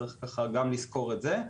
צריך גם לזכור את זה.